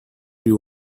you